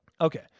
okay